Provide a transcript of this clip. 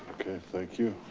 okay, thank you,